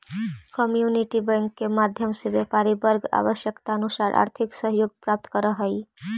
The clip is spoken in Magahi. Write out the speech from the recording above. कम्युनिटी बैंक के माध्यम से व्यापारी वर्ग आवश्यकतानुसार आर्थिक सहयोग प्राप्त करऽ हइ